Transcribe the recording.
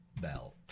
Bell